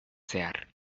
zehar